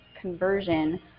conversion